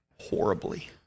horribly